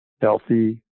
healthy